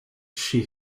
she